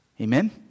Amen